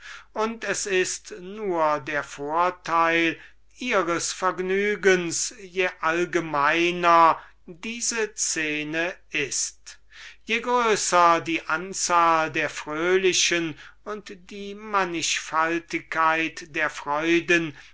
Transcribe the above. und es ist nur der vorteil ihres vergnügens je allgemeiner diese szene ist je größer die anzahl der fröhlichen und die mannigfaltigkeit der freuden